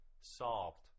solved